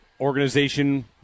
Organization